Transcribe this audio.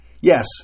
Yes